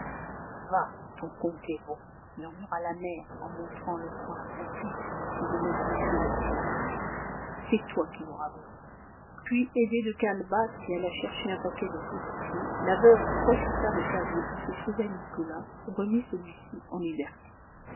murmura la mère en montrant le poing à son fils qui venait de monter l'escalier c'est toi qui l'auras voulu puis aidée de calebasse qui alla chercher un paquet de fausses clefs la veuve crocheta le caveau où se trouvait nicolas et remit celui-ci en liberté